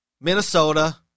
Minnesota